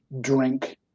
drink